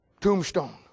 tombstone